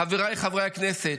חבריי חברי הכנסת,